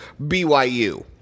BYU